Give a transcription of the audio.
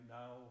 now